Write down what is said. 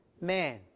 man